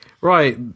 right